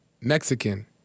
Mexican